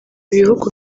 bihugu